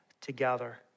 together